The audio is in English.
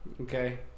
Okay